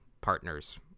partners